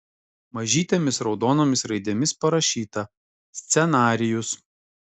mažytėmis raudonomis raidėmis parašyta scenarijus